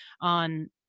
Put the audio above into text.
on